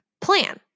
plan